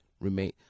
remain